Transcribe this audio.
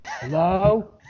Hello